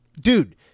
Dude